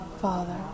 Father